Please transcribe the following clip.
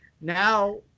Now